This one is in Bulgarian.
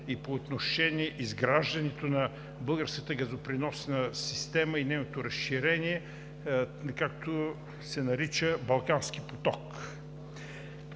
и по отношение изграждането на българската газопреносна система и нейното разширение, както се нарича „Балкански поток“.